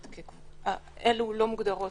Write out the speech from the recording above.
אלה לא מוגדרות